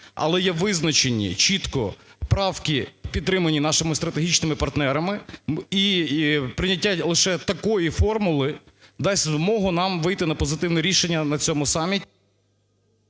Але є визначені чітко правки, підтримані нашими стратегічними партнерами, і прийняття лише такої формули дасть змогу нам вийти на позитивне рішення на цьому саміті…